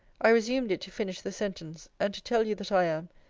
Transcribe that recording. i resumed it, to finish the sentence and to tell you, that i am,